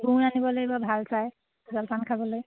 গুড় আনিব লাগিব ভাল চাই জলপান খাবলৈ